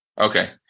Okay